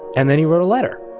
and then he wrote a letter.